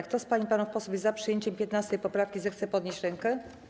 Kto z pań i panów posłów jest za przyjęciem 15. poprawki, zechce podnieść rękę.